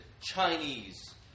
Chinese